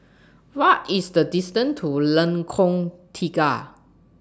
What IS The distance to Lengkong Tiga